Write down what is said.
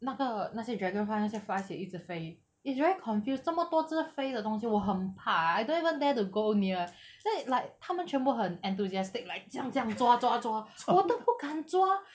那个那些 dragonfly 那些 flies 也一直飞 it's very confused 这么多只飞的东西我很怕 I don't even dare to go near then it's like 他们全部很 enthusiastic like 这样这样抓抓抓我都不敢抓